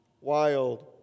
wild